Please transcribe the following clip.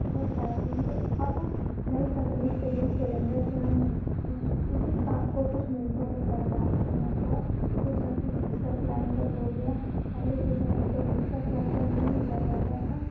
बहउत time में होता अब नई तकनीक से गैस सिलेंडर से हम उसी काम को कुछ मिनटों में कर पाते हैं और कुछ ऐसे मिक्सर ग्राइंडर हो गया पहले के समय जब मिक्सर ग्राइंडर नहीं हुआ करता था